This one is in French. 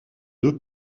deux